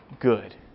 good